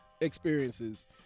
experiences